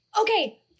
Okay